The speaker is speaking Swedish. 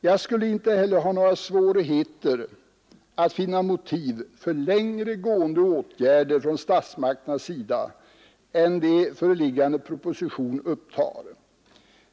Jag skulle inte heller ha några svårigheter att finna motiv för längre gående åtgärder från statsmakternas sida än de som föreliggande proposition föreslår.